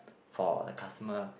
for the customer